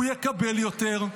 הוא יקבל יותר.